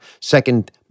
Second